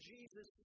Jesus